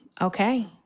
okay